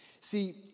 See